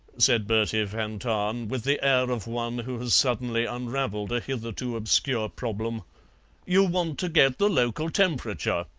said bertie van tahn, with the air of one who has suddenly unravelled a hitherto obscure problem you want to get the local temperature.